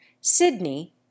Sydney